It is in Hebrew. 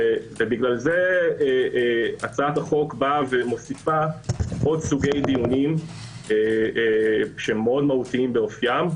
ולכן הצעת החוק מוסיפה עוד סוגי דיונים שמאוד מהותיים באופים.